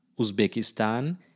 Uzbekistan